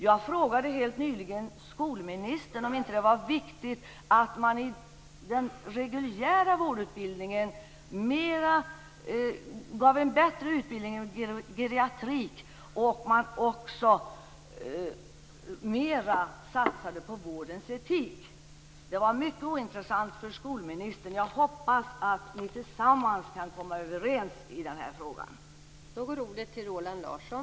Jag frågade helt nyligen skolministern om det inte var viktigt att man i den reguljära vårdutbildningen gav en bättre utbildning i geriatrik och satsade mer på frågor om vårdens etik. Detta var mycket ointressant för skolministern. Men jag hoppas att de två tillsammans kan komma överens i den här frågan.